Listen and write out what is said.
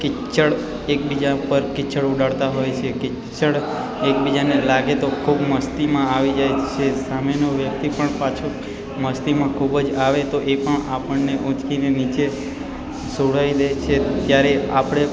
કિચડ એકબીજા ઉપર કિચડ ઊડાળતા હોય છીએ કિચડ એકબીજાને લાગે તો ખૂબ મસ્તીમાં આવી જાય છે સામેનો વ્યક્તિ પણ પાછો મસ્તીમાં ખૂબ જ આવે તો એ પણ આપણને ઊંચકીને નીચે સુવડાવી દે છે ત્યારે આપણે